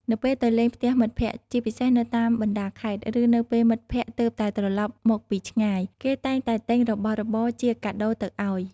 នៅពេលទៅលេងផ្ទះមិត្តភក្តិ ជាពិសេសនៅតាមបណ្ដាខេត្ត ឬនៅពេលមិត្តភក្តិទើបតែត្រឡប់មកពីឆ្ងាយ គេតែងតែទិញរបស់របរជាកាដូទៅឲ្យ។